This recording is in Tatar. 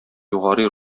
югары